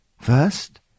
First